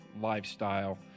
lifestyle